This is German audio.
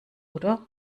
oder